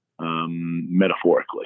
metaphorically